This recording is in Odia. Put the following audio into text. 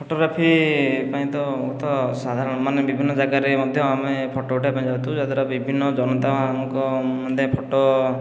ଫଟୋଗ୍ରାଫି ପାଇଁ ତ ମୁଁ ତ ସାଧାରଣ ମାନେ ବିଭିନ୍ନ ଯାଗାରେ ମଧ୍ୟ ଆମେ ଫଟୋ ଉଠାଇବା ପାଇଁ ଯାଉଥିଲୁ ଯାହାଦ୍ୱାରା ବିଭିନ୍ନ ଜନତାଙ୍କ ମାନେ ଫଟୋ